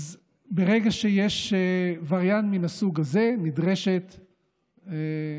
אז ברגע שיש וריאנט מן הסוג הזה, נדרשת פעולה.